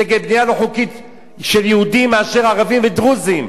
נגד בנייה לא חוקית של יהודים מאשר של ערבים ודרוזים.